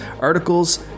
articles